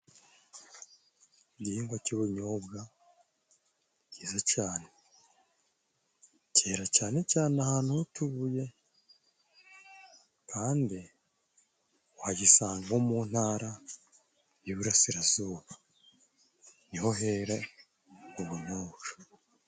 Igihingwa cy'ubunyobwa ni cyiza cane. Cyera cyane cyane ahantu h'utubuye, kandi wagisanga mu ntara y'Iburasirazuba. Niho hera ubunyobwa.